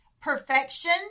Perfection